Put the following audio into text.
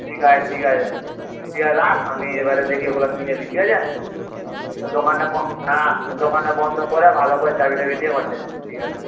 ঠিক আছে ঠিক আছে ঠিক আছে রাখ আমি এবারে দেখি ওগুলো কিনে নিই ঠিক আছে আর দোকানটা হাঁ দোকানটা বন্ধ করে ভালো করে চাবি টাবি দিয়ে ঘর যাবি ঠিক আছে